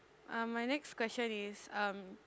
uh my next question is um